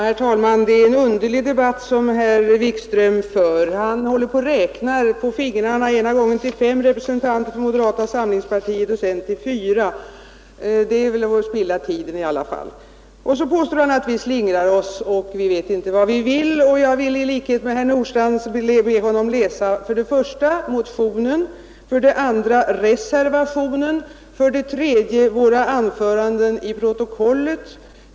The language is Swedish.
Herr talman! Det är en underlig debatt som herr Wikström för. Han räknar på fingrarna, ena gången till fem representanter och andra gången till fyra representanter för moderata samlingspartiet. Det är väl att spilla tid. Herr Wikström påstår att vi slingrar oss och inte vet vad vi vill. I likhet med herr Nordstrandh vill jag be honom läsa för det första motionen, för det andra reservationen och för det tredje våra anföranden i protokollet.